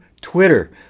Twitter